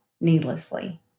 needlessly